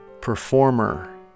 performer